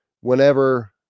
whenever